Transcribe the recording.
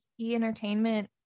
e-entertainment